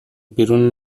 بیرون